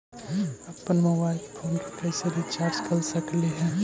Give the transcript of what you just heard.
अप्पन mobile phone के कैसे रिचार्ज कर सकली हे?